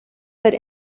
but